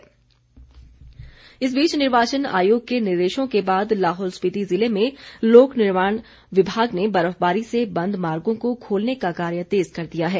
लाहौल सड़क इस बीच निर्वाचन आयोग के निर्देशों के बाद लाहौल स्पिति जिले में लोकनिर्माण विभाग ने बर्फबारी से बंद मार्गो को खोलने का कार्य तेज कर दिया है